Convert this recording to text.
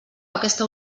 aquesta